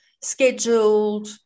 scheduled